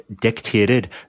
dictated